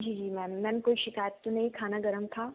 जी जी ma'am ma'am कोई शिकायत तो नहीं खाना गर्म था